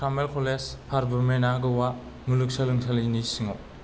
Carmel college फरवुमेनआ गोवा मुलुग सोलोंसालिनि सिङाव